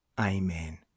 Amen